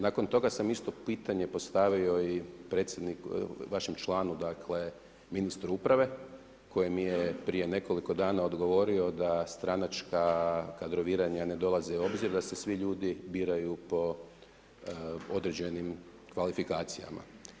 Nakon toga sam isto pitanje postavio i vašem članu, dakle ministru uprave koji mi je prije nekoliko dana odgovorio da stranačka kadroviranja ne dolaze u obzir, da se svi ljudi biraju po određenim kvalifikacijama.